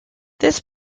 this